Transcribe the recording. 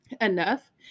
enough